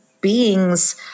beings